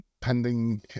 pending